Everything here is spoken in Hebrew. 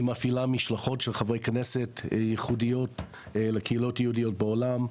היא מפעילה משלחות של חברי כנסת ייחודיות לקהילות יהודיות בעולם.